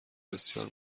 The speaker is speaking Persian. بسیار